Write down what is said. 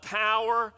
power